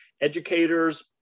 educators